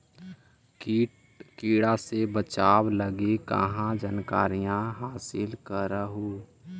किट किड़ा से बचाब लगी कहा जानकारीया हासिल कर हू?